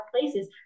places